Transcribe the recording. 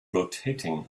rotating